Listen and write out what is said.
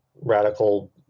radical